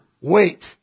Wait